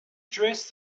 dressed